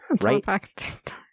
Right